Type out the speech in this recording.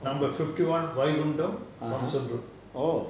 number fifty one vaikundam thomson road